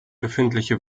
befindliche